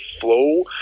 flow